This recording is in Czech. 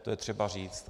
To je třeba říct.